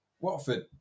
Watford